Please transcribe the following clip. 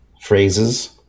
phrases